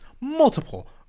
multiple